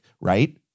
right